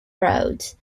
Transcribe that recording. roads